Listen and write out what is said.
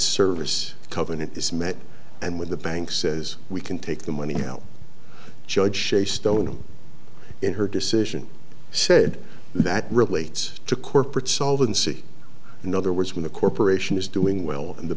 service covenant is met and when the bank says we can take the money out judge shay stone in her decision said that relates to corporate solvent see in other words when the corporation is doing well and the